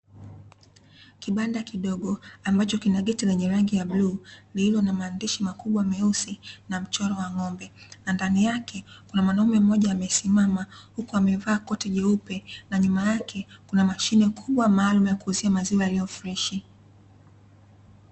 Kibanda kidogo ambacho kina geti lenye rangi ya bluu lililo na maandishi makubwa meusi na mchoro wa ng'ombe. Na ndani yake kuna mwanaume mmoja amesisimama huku amevaa koti jeupe na nyuma yake kuna mashine kubwa maalum ya kuuzia maziwa yaliyo freshi.